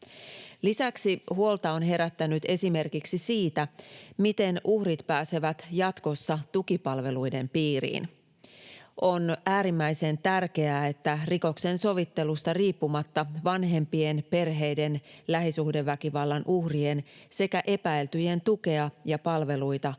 Lisäksi huolta on herännyt esimerkiksi siitä, miten uhrit pääsevät jatkossa tukipalveluiden piiriin. On äärimmäisen tärkeää, että rikoksen sovittelusta riippumatta vanhempien, perheiden, lähisuhdeväkivallan uhrien sekä epäiltyjen tukea ja palveluita